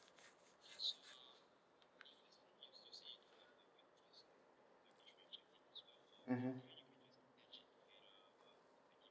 mmhmm